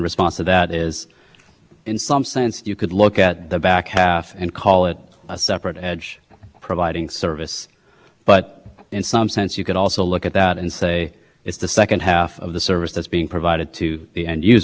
commission said your honor what the commission said in addition is that we make the commission set an implied promise to every reach our customers that we will carry traffic to them on a common carriage basis and that's just a complete fiction we don't make any such